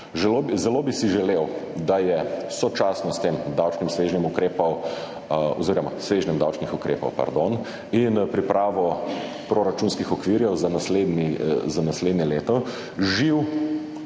Zelo bi si želel, da je sočasno s tem svežnjem davčnih ukrepov in pripravo proračunskih okvirjev za naslednje leto živ